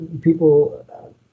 people